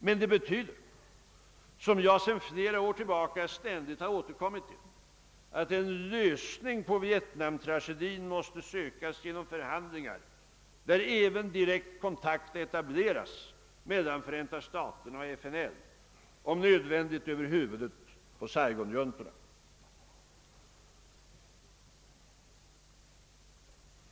Men det betyder, som jag sedan flera år ständigt har återkommit till, att en lösning på vietnamtragedin måste sökas genom förhandlingar, där även direkt kontakt etableras mellan Förenta staterna och FNL, om nödvändigt över huvudet på saigonjuntorna.